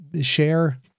share